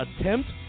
attempt